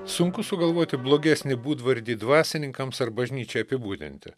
sunku sugalvoti blogesnį būdvardį dvasininkams ar bažnyčiai apibūdinti